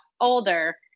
older